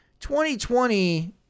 2020